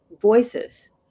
voices